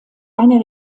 einer